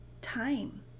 time